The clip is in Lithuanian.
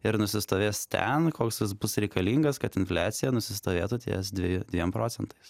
ir nusistovės ten koks jis bus reikalingas kad infliacija nusistovėtų ties dviejų dviem procentais